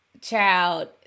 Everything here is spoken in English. child